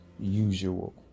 Usual